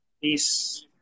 Peace